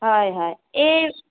হয় হয় এই